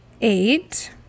eight